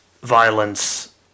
violence